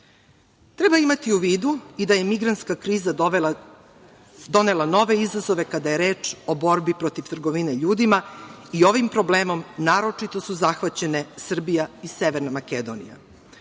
deca. Treba imati u vidu i da je migrantska kriza donela nove izazove kada je reč o borbi protiv trgovine ljudima i ovim problemom naročito su zahvaćene Srbija i Severna Makedonija.